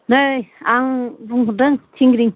नै आं बुंहरदों थिंग्रिं